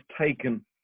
taken